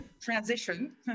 transition